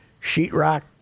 sheetrock